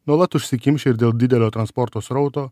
nuolat užsikimšę ir dėl didelio transporto srauto